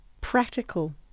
practical